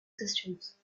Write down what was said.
systems